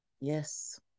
Yes